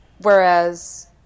Whereas